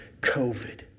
COVID